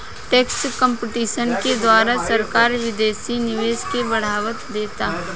tax competition के द्वारा सरकार विदेशी निवेश के बढ़ावा देता